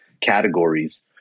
categories